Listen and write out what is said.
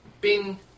Bing